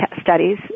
Studies